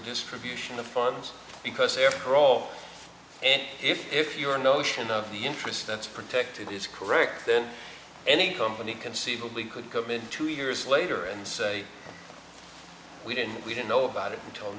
distribution of farms because after all it if your notion of the interest that's protected is correct then any company conceivably could come in two years later and say we didn't we didn't know about it and told